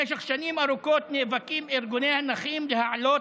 במשך שנים ארוכות נאבקים ארגוני הנכים להעלות